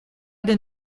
den